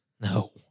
No